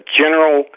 general